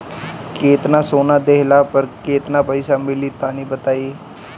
केतना सोना देहला पर केतना पईसा मिली तनि बताई?